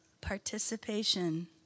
participation